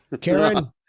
Karen